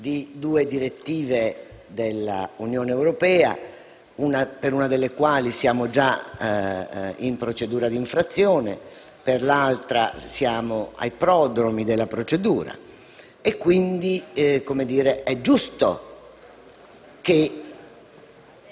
di due direttive dell'Unione Europea, per una delle quali siamo già in procedura d'infrazione, mentre per l'altra siamo ai prodromi della procedura. È, quindi, giusto che